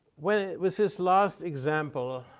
with with this last example,